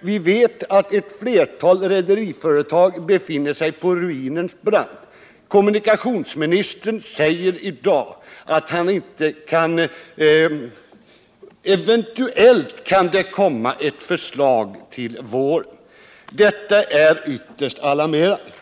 Vi vet att ett flertal rederiföretag befinner sig på ruinens brant. Kommunikationsministern säger i dag att det eventuellt kan komma ett förslag till våren. Detta är ytterst alarmerande.